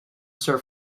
sir